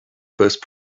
first